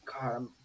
God